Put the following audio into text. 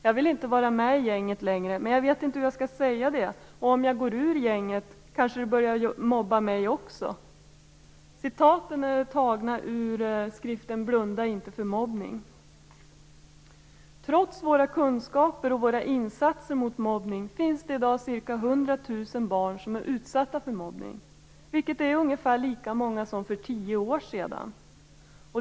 Jag vill inte vara med i gänget längre, men jag vet inte hur jag skall säga det, och om jag går ur gänget kanske de börjar mobba mig också. Det här kan man läsa i skriften Blunda inte för mobbning. Trots våra kunskaper om och insatser mot mobbning finns det i dag ca 100 000 barn som är utsatta för mobbning, vilket är ungefär lika många som för tio år sedan.